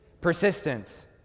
persistence